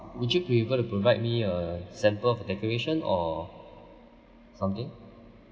would you be able to provide me a sample of the decoration or something